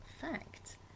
fact